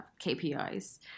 KPIs